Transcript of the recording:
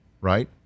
Right